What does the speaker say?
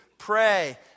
pray